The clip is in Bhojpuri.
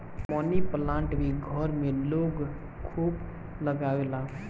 मनी प्लांट भी घर में लोग खूब लगावेला